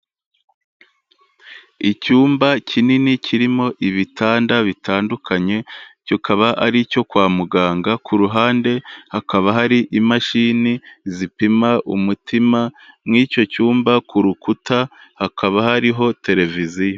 Icyumba kinini kirimo ibitanda bitandukanye kikaba ari icyo kwa muganga, ku ruhande hakaba hari imashini zipima umutima mu icyo cyumba ku rukuta hakaba hariho televiziyo.